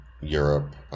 Europe